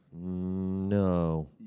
No